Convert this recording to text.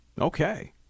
Okay